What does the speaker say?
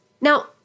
Now